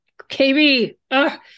KB